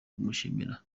kumushimira